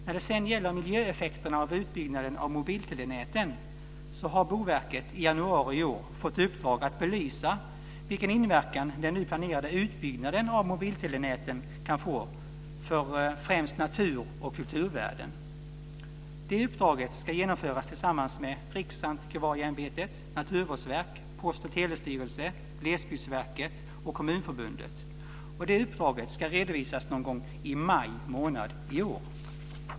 När det gäller miljöeffekterna av utbyggnaden av mobiltelenäten har Boverket i januari i år fått i uppdrag att belysa vilken inverkan den nu planerade utbyggnaden av mobiltelenäten kan få för främst natur och kulturvärden. Det uppdraget ska genomföras tillsammans med Riksantikvarieämbetet, Naturvårdsverket, Post och telestyrelsen, Glesbygdsverket och Kommunförbundet. Uppdraget ska redovisas någon gång i maj månad i år.